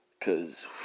cause